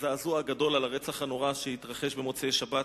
לזעזוע הגדול על הרצח הנורא שהתרחש במוצאי-שבת,